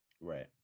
Right